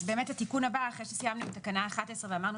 אז באמת התיקון הבא אחרי שסיימנו את תקנה 11 ואמרנו